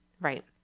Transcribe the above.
Right